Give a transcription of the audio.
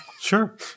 Sure